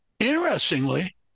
Interestingly